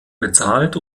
bezahlt